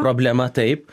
problema taip